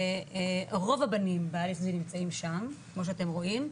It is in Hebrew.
רוב הבנים נמצאים שם כמו שאתם רואים,